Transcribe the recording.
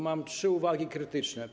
Mam trzy uwagi krytyczne.